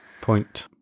point